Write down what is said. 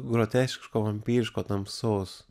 groteskiško vampyriško tamsaus